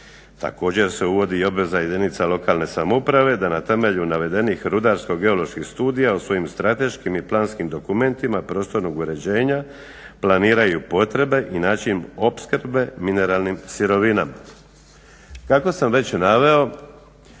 Također se uvodi i obveza jedinica lokalne samouprave da na temelju navedenih rudarsko-geoloških studija u svojim strateškim i planskim dokumentima prostornog uređenja planiraju potrebe i način opskrbe mineralnim sirovinama. Kako sam već naveo,